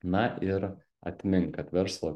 na ir atmink kad verslo